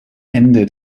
ende